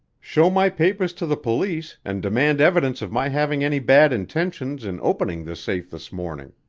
show my papers to the police and demand evidence of my having any bad intentions in opening this safe this morning.